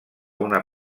una